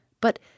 but